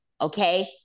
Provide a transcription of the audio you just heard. okay